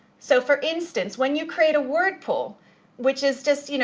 so, for instance, when you create a word pool which is just you know